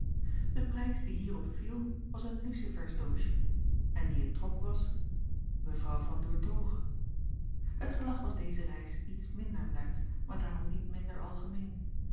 e prijs die hierop viel was een lucifersdoosje en die het trok was w an oertoghe et gelach was deze reis iets minder luid maar daarom niet minder algemeen